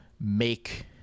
make